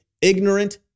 Ignorant